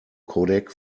codec